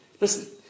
Listen